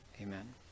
Amen